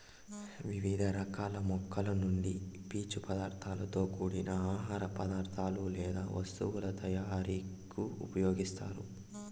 వివిధ రకాల మొక్కల నుండి పీచు పదార్థాలతో కూడిన ఆహార పదార్థాలు లేదా వస్తువుల తయారీకు ఉపయోగిస్తారు